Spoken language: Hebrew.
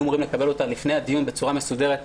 אמורים לקבל אותה לפני הדיון בצורה מסודרת,